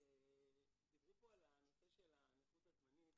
דיברו פה על הנושא של הנכות הזמנית,